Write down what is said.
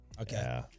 Okay